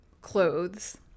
clothes